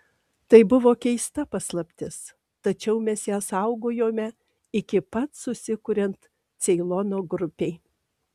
tai buvo keista paslaptis tačiau mes ją saugojome iki pat susikuriant ceilono grupei